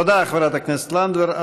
תודה, חברת הכנסת לנדבר.